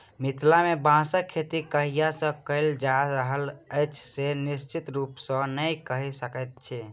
मिथिला मे बाँसक खेती कहिया सॅ कयल जा रहल अछि से निश्चित रूपसॅ नै कहि सकैत छी